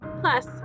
Plus